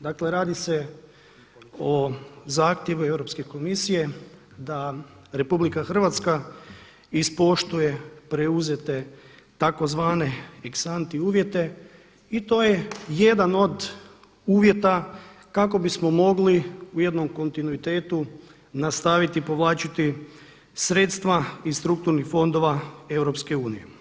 Dakle radi se o zahtjevu Europske komisije da RH ispoštuje preuzete tzv. eksanti uvjete i to je jedan od uvjeta kako bismo mogli u jednom kontinuitetu nastaviti povlačiti sredstva iz strukturnih fondova EU.